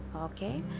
okay